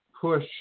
push